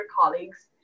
colleagues